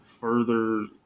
further